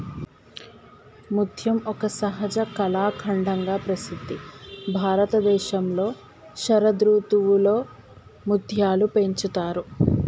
ముత్యం ఒక సహజ కళాఖండంగా ప్రసిద్ధి భారతదేశంలో శరదృతువులో ముత్యాలు పెంచుతారు